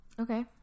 Okay